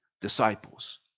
disciples